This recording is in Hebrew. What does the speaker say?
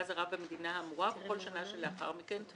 זרה במדינה האמורה ובכל שנה שלאחר מכן,